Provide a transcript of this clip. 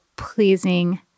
pleasing